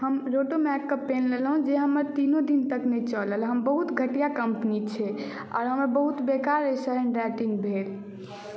हम रोटोमैक के पेन लेलहुँ जे हमर तीनो दिन तक नहि चलल बहुत घटिया कम्पनी छै आओर हमर बहुत बेकार अहिसँ हैण्डराइटिंग भेल